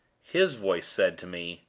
his voice said to me,